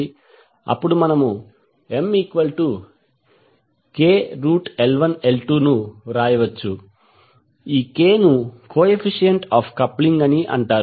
అప్పుడు మనము MkL1L2 ను వ్రాయవచ్చు ఈ k ను కో ఎఫిషియంట్ ఆఫ్ కప్లింగ్ అని అంటారు